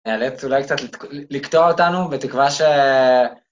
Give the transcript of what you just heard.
נאלץ אולי קצת לקטוע אותנו, בתקווה ש...